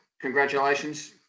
Congratulations